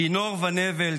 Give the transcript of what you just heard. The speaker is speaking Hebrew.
/ כינור ונבל,